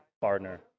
partner